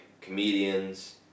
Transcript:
comedians